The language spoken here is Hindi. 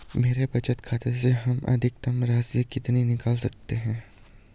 मेरे बचत खाते से हम अधिकतम राशि कितनी निकाल सकते हैं?